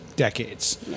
Decades